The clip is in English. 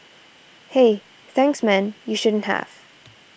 hey thanks man you shouldn't have